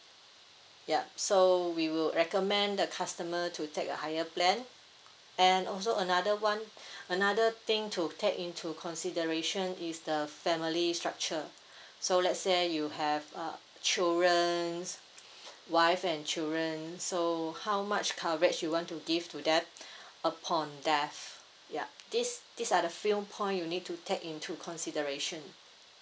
yup so we will recommend the customer to take a higher plan and also another one another thing to take into consideration is the family structure so let's say you have uh children wife and children so how much coverage you want to give to them upon death yup this these are the few point you need to take into consideration